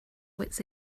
wits